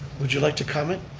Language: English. would you like to comment?